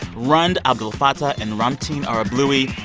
rund abdelfatah and ramtin arablouei.